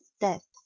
death